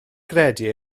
gredu